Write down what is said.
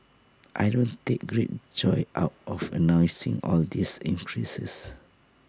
I don't take great joy out of announcing all these increases